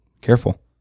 Careful